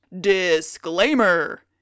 Disclaimer